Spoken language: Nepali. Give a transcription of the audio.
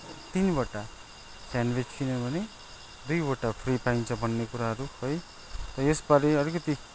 तिनवटा सेन्डविच किन्यो भने दुईवटा फ्री पाइन्छ भन्ने कुराहरू है र यसबारे अलिकति